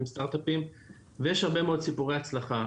סטרטאפים ויש הרבה מאוד סיפורי הצלחה.